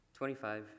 25